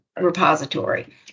repository